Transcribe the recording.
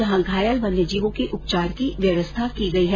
जहां घायल वन्य जीवों के उपचार की व्यवस्था की गई है